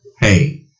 hey